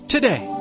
Today